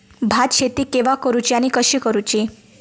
भात शेती केवा करूची आणि कशी करुची?